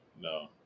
No